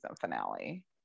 finale